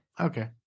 Okay